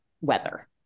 weather